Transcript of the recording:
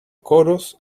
coros